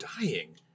dying